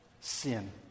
Sin